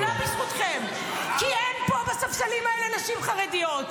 לא בזכותכם, כי אין פה בספסלים האלה נשים חרדיות.